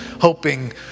hoping